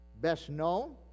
best-known